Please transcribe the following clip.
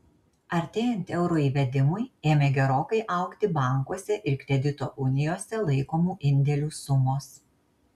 artėjant euro įvedimui ėmė gerokai augti bankuose ir kredito unijose laikomų indėlių sumos